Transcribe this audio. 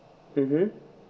mmhmm